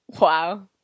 Wow